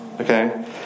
Okay